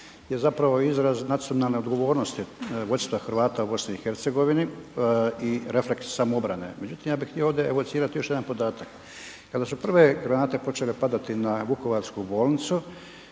je zapravo izraz nacionalne odgovornosti vodstva Hrvata u BiH i refleks samoobrane. Međutim, ja bih htio ovdje evocirati još jedan podatak. Kada su prve granate počele padati na vukovarsku bolnicu,